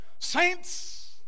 Saints